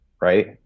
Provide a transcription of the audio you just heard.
right